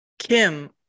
Kim